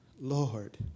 Lord